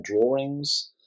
drawings